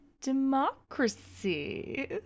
democracy